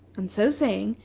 and, so saying,